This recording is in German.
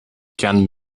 gern